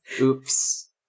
Oops